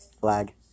Flag